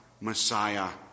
Messiah